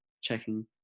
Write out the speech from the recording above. checking